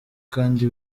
kandi